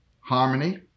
harmony